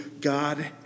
God